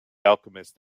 alchemist